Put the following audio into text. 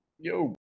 Yo